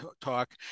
talk